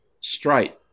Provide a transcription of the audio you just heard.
straight